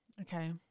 okay